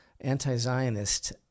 anti-Zionist